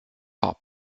hop